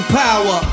power